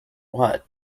what